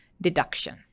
deduction